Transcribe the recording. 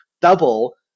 double